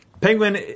Penguin